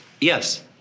Yes